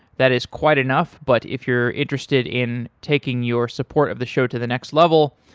that is quite enough, but if you're interested in taking your support of the show to the next level,